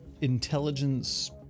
intelligence